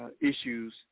issues